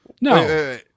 No